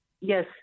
Yes